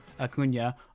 Acuna